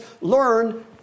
learn